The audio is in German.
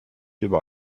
über